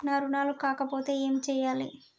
నా రుణాలు కాకపోతే ఏమి చేయాలి?